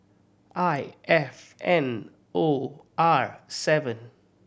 I F N O R seven